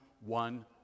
one